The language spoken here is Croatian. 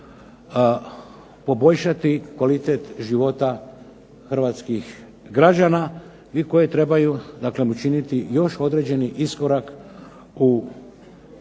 poboljšati kvalitet života hrvatskih građana i koje trebaju daklem učiniti još određeni iskorak u